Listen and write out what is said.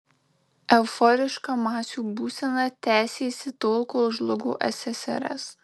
euforiška masių būsena tęsėsi tol kol žlugo ssrs